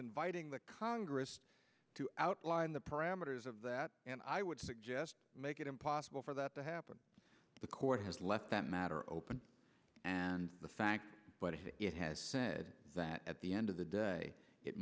inviting the congress to outline the parameters of that and i would suggest make it impossible for that to happen the court has left that matter open and the fact it has said that at the end of the day it